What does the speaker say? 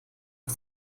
auf